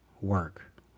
work